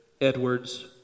Edwards